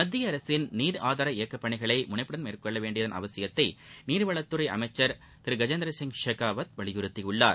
மத்திய அரசின் நீர் ஆதார இயக்கப் பணிகளை முனைப்புடன் மேற்கொள்ள வேண்டியதன் அவசியத்தை நீர்வளத்துறை அமைச்சர் திரு கஜேந்திர சிங் ஷெகாவத் வலியுறுத்தியுள்ளார்